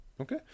okay